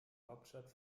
hauptstadt